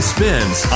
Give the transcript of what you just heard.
Spins